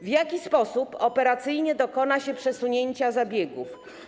W jaki sposób operacyjnie dokona się przesunięcia zabiegów?